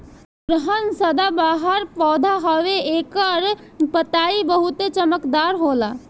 गुड़हल सदाबाहर पौधा हवे एकर पतइ बहुते चमकदार होला